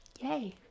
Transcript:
Yay